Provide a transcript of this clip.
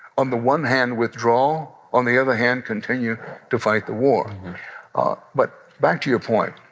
on the one hand, withdraw on the other hand, continue to fight the war but back to your point,